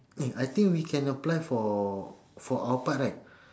eh I think we can apply for for our part right